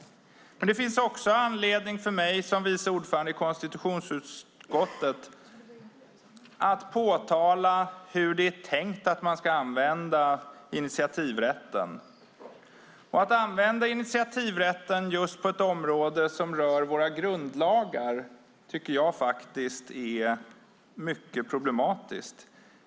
Men det finns också anledning för mig som vice ordförande i konstitutionsutskottet att påtala hur det är tänkt att man ska använda initiativrätten. Att använda initiativrätten på just ett område som rör våra grundlagar tycker jag är mycket problematiskt.